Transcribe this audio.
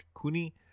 Kuni